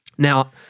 Now